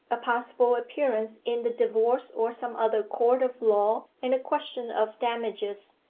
a possible appearance in the divorce or some other court of law, and a question of damages.